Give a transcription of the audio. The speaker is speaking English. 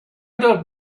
don’t